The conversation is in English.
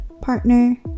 partner